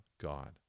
God